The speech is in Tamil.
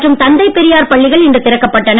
மற்றும் தந்தை பெரியார் பள்ளிகள் இன்று திறக்கப்பட்டன